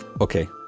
okay